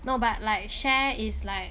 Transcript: no but like share is like